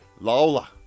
Lola